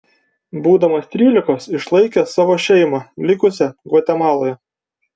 būdamas trylikos išlaikė savo šeimą likusią gvatemaloje